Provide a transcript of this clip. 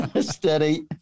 Steady